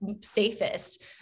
safest